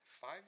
five